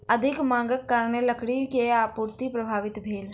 अधिक मांगक कारण लकड़ी के आपूर्ति प्रभावित भेल